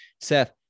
Seth